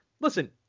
Listen